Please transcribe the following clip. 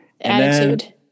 Attitude